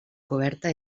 coberta